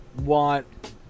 want